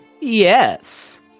Yes